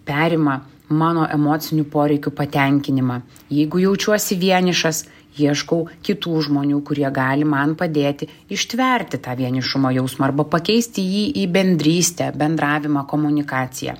perima mano emocinių poreikių patenkinimą jeigu jaučiuosi vienišas ieškau kitų žmonių kurie gali man padėti ištverti tą vienišumo jausmą arba pakeisti jį į bendrystę bendravimą komunikaciją